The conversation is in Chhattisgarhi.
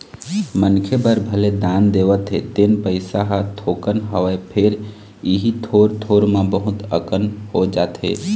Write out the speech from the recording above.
मनखे बर भले दान देवत हे तेन पइसा ह थोकन हवय फेर इही थोर थोर म बहुत अकन हो जाथे